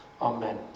amen